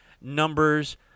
Numbers